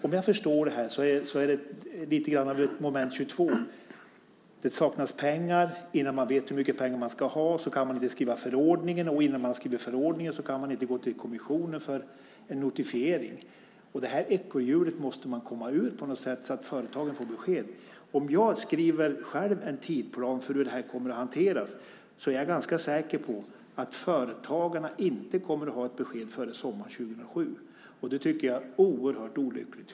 Om jag förstår det här rätt så är det i någon mån fråga om ett moment 22. Det saknas pengar. Innan man vet hur mycket pengar man ska ha så kan man inte skriva förordningen, och innan man har skrivit förordningen kan man inte gå till kommissionen för en notifiering. Det här ekorrhjulet måste man komma ur på något sätt, så att företagen får besked. Om jag själv gissar på en tidsplan för hur det här kommer att hanteras så är jag ganska säker på att företagarna inte kommer att ha ett besked före sommaren 2007, och det tycker jag är oerhört olyckligt.